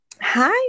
Hi